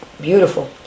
Beautiful